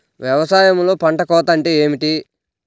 వ్యవసాయంలో పంట కోత అంటే ఏమిటి?